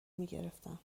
میگرفتن